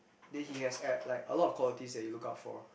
then he has at like a lot of qualities that you look out for